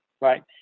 right